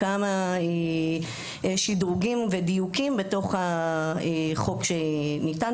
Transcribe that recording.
שדרוגים ודיוקים בתוך החוק שניתן.